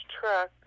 truck